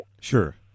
Sure